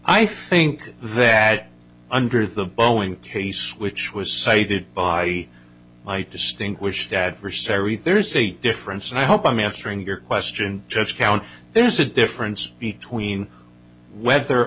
i think that under the boeing case which was cited by my distinguished adversary there is a difference and i hope i'm answering your question just count there is a difference between whether